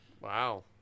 Wow